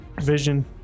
vision